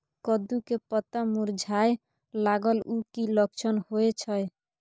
कद्दू के पत्ता मुरझाय लागल उ कि लक्षण होय छै?